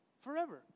forever